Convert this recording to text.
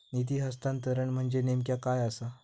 निधी हस्तांतरण म्हणजे नेमक्या काय आसा?